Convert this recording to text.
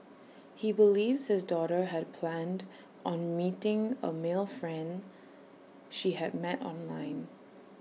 he believes his daughter had planned on meeting A male friend she had met online